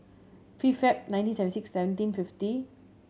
fifth Feb nineteen seventy six seventeen fifteen